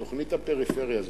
את תוכנית הפריפריה הזאת,